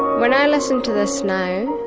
when i listen to this now